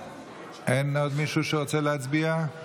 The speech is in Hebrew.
אין עוד מישהו שרוצה להצביע?